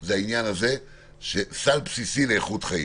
זה העניין הזה של סל בסיסי לאיכות חיים.